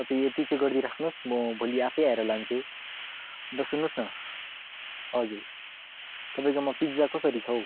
तपाईँ यति चाहिँ गरिदिइ राख्नुहोस् म भोलि आफै आएर लान्छु अन्त सुन्नुहोस् न हजुर तपाईँकोमा पिज्जा कसरी छ हौ